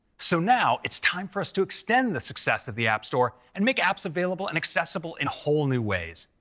so now it's time for us to extend the success of the app store and make apps available and accessible in whole new ways.